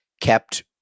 kept